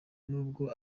nubwo